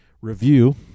review